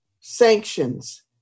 sanctions